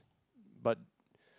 but